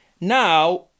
now